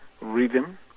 rhythm